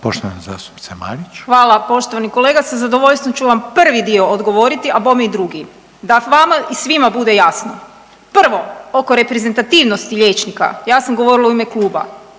**Marić, Andreja (SDP)** Hvala poštovani kolega. Sa zadovoljstvom ću vam prvi dio odgovoriti, a bome i drugi. Da vama i svima bude jasno prvo oko reprezentativnosti liječnika ja sam govorila u ime kluba